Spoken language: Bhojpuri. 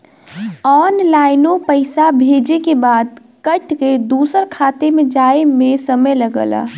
ऑनलाइनो पइसा भेजे के बाद कट के दूसर खाते मे जाए मे समय लगला